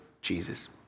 Jesus